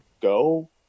go